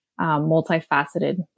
multifaceted